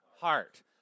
heart